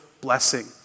blessing